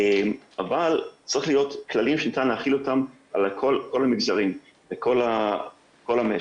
אבל צריך להיות כללים שניתן להחיל אותם על כל המגזרים וכל המשק.